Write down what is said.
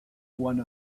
one